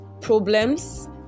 problems